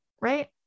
right